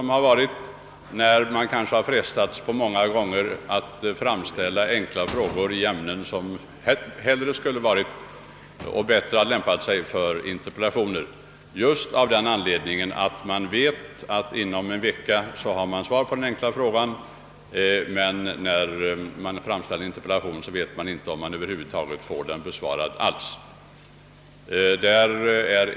Många gånger har man kanske frestats att framställa enkla frågor i ämnen som bättre skulle ha lämpat sig för interpellationer därför att man vet att man får svar på den enkla frågan inom en vecka. När man framställer en interpellation vet man däremot inte om man över huvud taget får den besvarad.